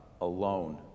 alone